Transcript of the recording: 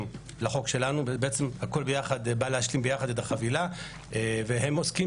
לחוק שלנו ובעצם הכול ביחד בא להשלים את החבילה והם עוסקים